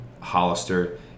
hollister